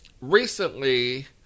recently